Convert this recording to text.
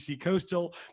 Coastal